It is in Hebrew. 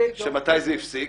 שמתי זה הפסיק?